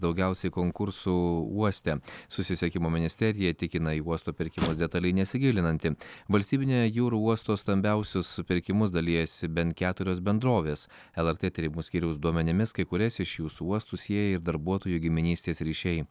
daugiausiai konkursų uoste susisiekimo ministerija tikina į uosto pirkimus detaliai nesigilinanti valstybinio jūrų uosto stambiausius pirkimus dalijasi bent keturios bendrovės lrt tyrimų skyriaus duomenimis kai kurias iš jų su uostu sieja ir darbuotojų giminystės ryšiai